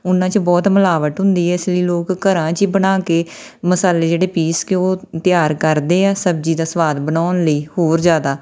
ਉਹਨਾਂ 'ਚ ਬਹੁਤ ਮਿਲਾਵਟ ਹੁੰਦੀ ਹੈ ਇਸ ਲਈ ਲੋਕ ਘਰਾਂ 'ਚ ਹੀ ਬਣਾ ਕੇ ਮਸਾਲੇ ਜਿਹੜੇ ਪੀਸ ਕੇ ਉਹ ਤਿਆਰ ਕਰਦੇ ਆ ਸਬਜ਼ੀ ਦਾ ਸੁਆਦ ਬਣਾਉਣ ਲਈ ਹੋਰ ਜ਼ਿਆਦਾ